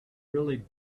really